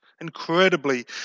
Incredibly